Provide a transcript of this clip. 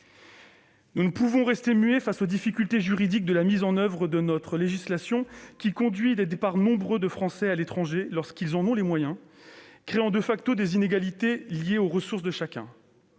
Nous ne pouvons rester muets face aux difficultés juridiques de mise en oeuvre de notre législation, qui conduit au départ de nombreux Français à l'étranger lorsque leurs ressources le leur permettent, créant des inégalités liées aux ressources de chacun.